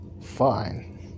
fine